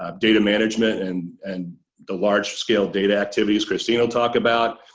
um data management and and the large-scale data activities christine will talk about.